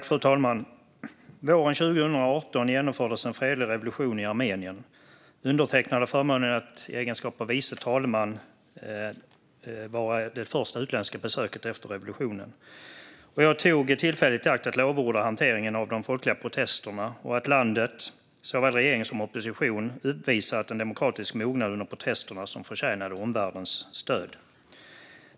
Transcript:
Fru talman! Våren 2018 genomfördes en fredlig revolution i Armenien. Undertecknad hade förmånen att, i egenskap av vice talman, delta i det första utländska besöket efter revolutionen. Jag tog tillfället i akt att lovorda hanteringen av de folkliga protesterna och att säga att landet, såväl regering som opposition, uppvisat en demokratisk mognad under protesterna som förtjänade omvärldens stöd.